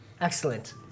Excellent